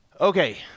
Okay